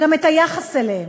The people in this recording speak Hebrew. גם את היחס אליהם.